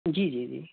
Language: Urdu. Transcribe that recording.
جی جی جی